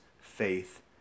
faith